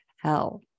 hell